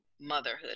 motherhood